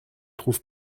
trouve